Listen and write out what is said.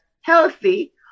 healthy